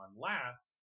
last